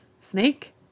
Snake